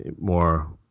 more